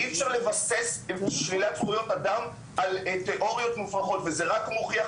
אי אפשר לבסס שלילת זכויות אדם על תאוריות מופרכות וזה רק מוכיח,